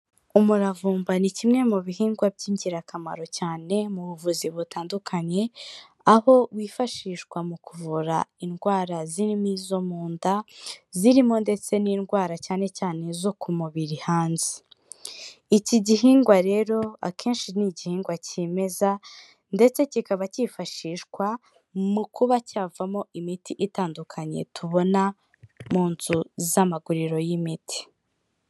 Umuravumba ni kimwe mu bihingwa by'ingirakamaro cyane mu buvuzi butandukanye, aho wifashishwa mu kuvura indwara zirimo izo mu nda, zirimo ndetse n'indwara cyane cyane zo ku mubiri hanze. Iki gihingwa rero akenshi ni igihingwa cyimeza ndetse kikaba cyifashishwa mu kuba cyavamo imiti itandukanye tubona mu nzu z'amaguriro y'imiti.